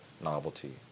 novelty